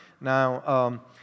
Now